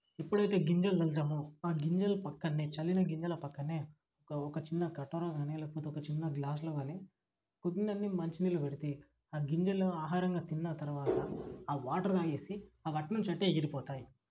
ఎప్పుడైతే గింజలు చల్లుతామో ఆ గింజలు పక్కన్నే చల్లిన గింజల పక్కనే ఒక చిన్న కఠోరా కానీ లేకపోతే ఒక చిన్న గ్లాసులో కానీ కొన్నన్ని మంచి నీళ్ళు పెడితే ఆ గింజలు ఆహారంగా తిన్న తర్వాత ఆ వాటర్ తాగేసి అవి అటునుంచి అటే ఎగిరిపోతాయి